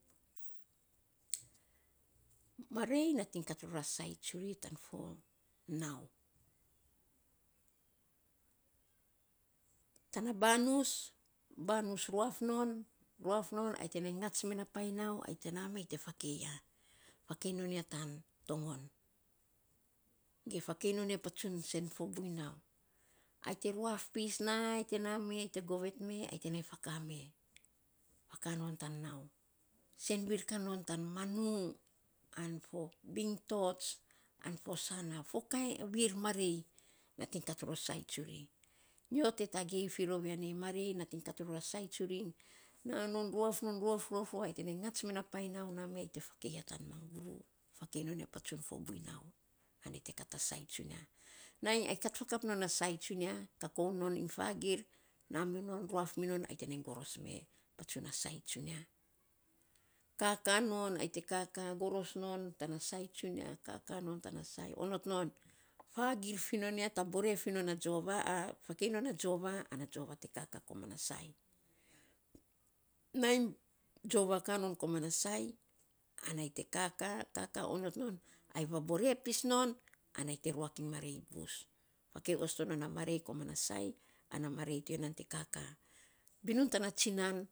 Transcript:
Marei natiny kat ror sai tsuri tana fo nau. Tana banus banus ruaf non, ruaf non, ai te nai aats me na painy nauai te nameai te nai fakei yafakei non ya tan toon ge fakei non ya patsun sen fo buiny nau. Ai te ruaf pis na ai te name ai te govet me ai te nai fakaa me fakaa non tan nausenviir kan non tan manu an fo pigtots an fo sana fo kain siir marei, natiny kat ror fo sai tsuri. Nyo te tagei fiirou ya nei. Fo marei natiny kat ror sai tsuri naa non, ruaf no, ruaf, ruaf, ruaf ai te ngats me na pain nau name ai te fakei ya tan maguru, fakei non ya patsun fo buiny nau ana ai yei te kat a sai tsunia. Nai ai kat faakap non a sai tsuiakokoun non iny fagiir naminon. Ruaf minon ai te nai goros mepatsun a sai tsunia. kaka non ai te kaka goros non tana sai tsunia. Kaka non tana sai onot non fagiir fiinon ya taabare fiinon a jiova fakei non a jiova ana jiova te kaka komana sainai jiova non koman na sai. Ana ayei te kaka kaka onot non ai vaboore pis non, ana ayei te ruak iny marei bus. Fakei osto non a marei komam na sai ana marei tiya te kakabinun tana tsinau.